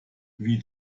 wie